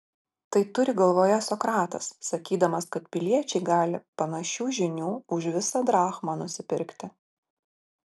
tai turi galvoje sokratas sakydamas kad piliečiai gali panašių žinių už visą drachmą nusipirkti